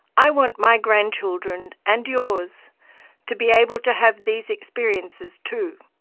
i want my grandchildren, and yours to be able to have these experiences too.